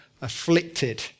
afflicted